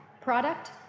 product